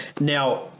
Now